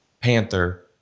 Panther